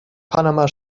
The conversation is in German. panama